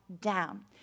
down